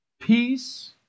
Peace